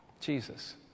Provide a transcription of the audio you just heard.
Jesus